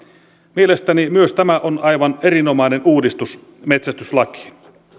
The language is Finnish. mielestäni myös tämä on aivan erinomainen uudistus metsästyslakiin